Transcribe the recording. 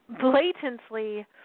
blatantly